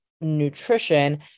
nutrition